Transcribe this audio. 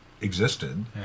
existed